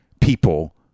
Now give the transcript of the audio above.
people